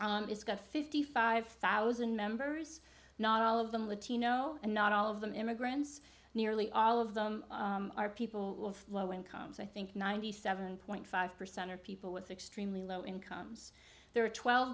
thousand it's got fifty five thousand members not all of them latino and not all of them immigrants nearly all of them are people low incomes i think ninety seven point five percent of people with extremely low incomes there are twelve